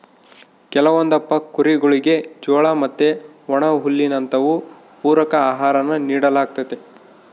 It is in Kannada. ಕೆಲವೊಂದಪ್ಪ ಕುರಿಗುಳಿಗೆ ಜೋಳ ಮತ್ತೆ ಒಣಹುಲ್ಲಿನಂತವು ಪೂರಕ ಆಹಾರಾನ ನೀಡಲಾಗ್ತತೆ